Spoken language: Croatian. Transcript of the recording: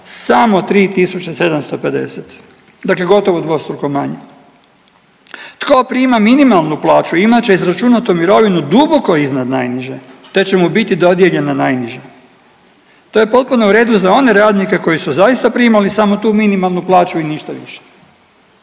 samo 3.750 dakle dvostruko gotovo manje. Tko prima minimalnu plaću imat će izračunatu mirovinu duboko iznad najniže te će mu biti dodijeljena najniža. To je potpuno u redu za one radnike koji su zaista primali samo tu minimalnu plaću i ništa više.